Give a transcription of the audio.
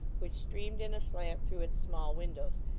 which streamed in aslant through its small windows,